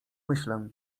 myślę